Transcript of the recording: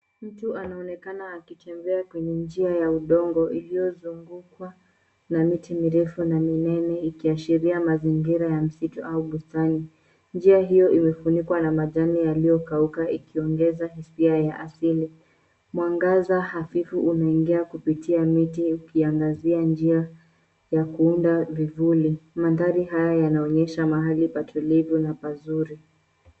Mtu anaonekana akitembea kwenye njia ya udongo iliyozungukwa na miti mirefu na minene ikiashiria mazingira ya msitu au bustani. Njia hiyo imefunikwa na majani yaliyokauka ikiongeza hisia ya asili. Mwangaza hafifu unaingia kupitia miti ukiangazia njia ya kuunda vivuli. Mandhari haya yanaonyesha mahali patulivu na pazuri.